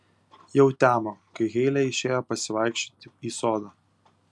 jau temo kai heile išėjo pasivaikščioti į sodą